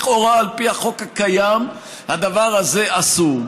לכאורה, על פי החוק הקיים הדבר הזה אסור.